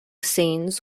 scenes